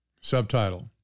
Subtitle